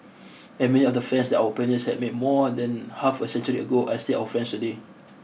and many of the friends that our pioneers had made more than half a century ago are still our friends today